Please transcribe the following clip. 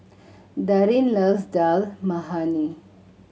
Darrin loves Dal Makhani